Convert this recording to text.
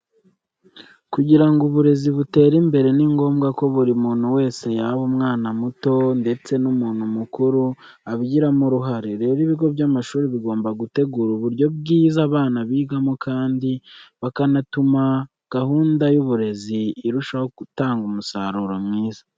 Kugira ngo uburezi butere imbere ni ngombwa ko buri muntu wese yaba umwana muto ndetse n'umuntu mukuru abigiramo uruhare. Rero ibigo by'amashuri bigomba gutegura uburyo bwiza abana bigamo kandi bakanatuma gahunda y'uburezi irushaho gutanga umusaruro mwiza.